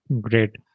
Great